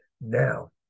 now